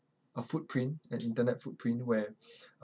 a footprint an internet footprint where